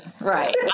right